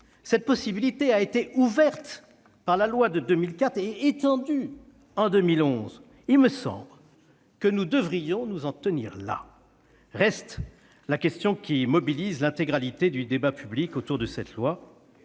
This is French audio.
Cette possibilité a été ouverte par la loi de 2004 et étendue en 2011. Il me semble que nous devrions nous en tenir là ! Reste la question qui mobilise l'intégralité du débat public autour de cette loi.